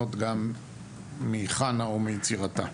ולהנות גם מחנה ומיצירתה.